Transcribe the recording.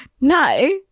no